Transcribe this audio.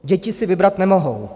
Děti si vybrat nemohou.